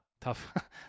tough